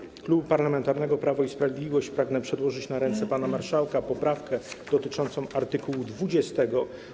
W imieniu Klubu Parlamentarnego Prawo i Sprawiedliwość pragnę przedłożyć na ręce pana marszałka poprawkę dotyczącą art. 20.